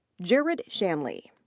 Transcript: jared shanley.